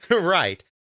Right